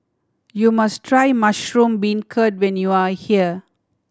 you must try mushroom beancurd when you are here